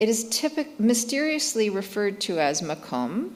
It is mysteriously referred to as Maqam.